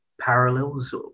parallels